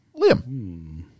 Liam